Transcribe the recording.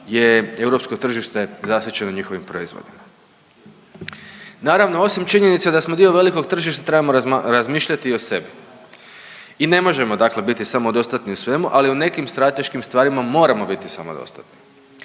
je europsko tržite zasićeno njihovim proizvodima. Naravno osim činjenice da smo dio velikog tržišta trebamo razmišljati i o sebi. I ne možemo, dakle biti samodostatni u svemu, ali u nekim strateškim stvarima moramo biti samodostatni.